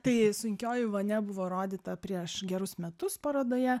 tai sunkioji vonia buvo rodyta prieš gerus metus parodoje